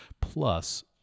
Plus